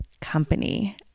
company